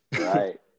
Right